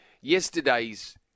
Yesterday's